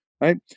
right